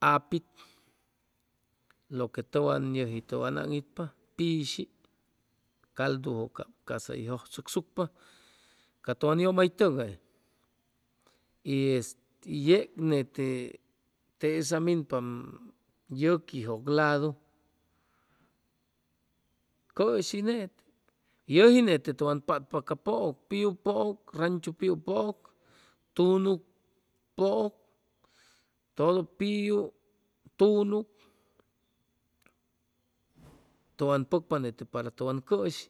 Apit lo que tʉwan yʉji tʉwan aŋitpa pishi caldu ca'sa hʉy jʉjchʉcsucpa ca tʉwan yʉmʉ tʉgay y yeg nete tesa minpaam yʉquiqjʉ ladu cʉshi nete yʉji nete tʉwan patpa ca pʉʉk piu pʉʉk ranchu piu pʉʉk, tunug pʉʉk, todo piu, tunug, tʉwan pʉcpa nete para tʉwan cʉshi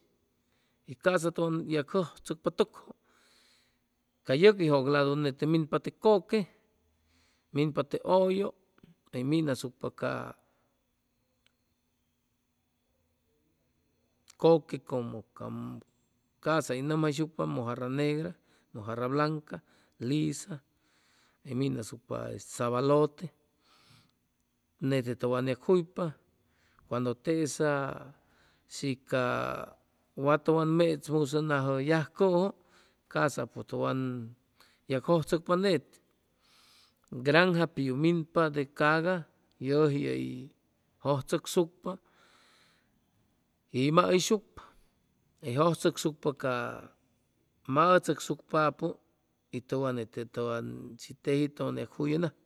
y ca'sa tʉn jʉjchʉcpa tʉkjʉ ca yʉquiqjʉ ladu nete minpa de kʉque, minpa te ʉllo, hʉy minasucpa ca kʉque como ca ca'sa hʉy nʉmjayshucpa mojarra negra, mojarra blanca, lisa, hʉy minasucpa este sabalote nete tʉwan yag juypa cuando tesa shi ca wa tʉwan mechmusʉnajʉ yajcʉjʉ casapʉ tʉwan yagjʉjchʉcpa nete granja piu minpa de caga, yʉji hʉy jʉjchʉcsucpa y hʉy mahʉyshucpa hʉy jʉjchʉcsucpa ca maʉchʉcsucpapʉ y tʉwan nete tʉwan shi teji tʉwan yag juyʉnajpa